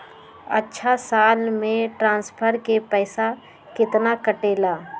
अछा साल मे ट्रांसफर के पैसा केतना कटेला?